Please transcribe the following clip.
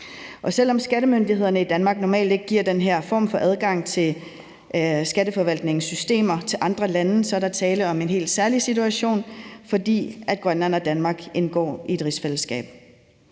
Og selv om skattemyndighederne i Danmark normalt ikke giver den her form for adgang til skatteforvaltningssystemer til andre lande, så er der her tale om en helt særlig situation, fordi Grønland og Danmark indgår i et rigsfællesskab.